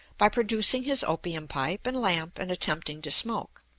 by producing his opium-pipe and lamp and attempting to smoke.